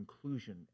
conclusion